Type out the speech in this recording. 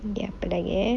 ya apa lagi eh